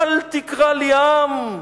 "אל תקרא לי עם,